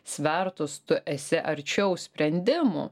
svertus tu esi arčiau sprendimų